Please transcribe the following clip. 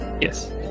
Yes